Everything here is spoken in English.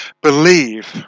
believe